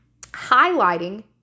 highlighting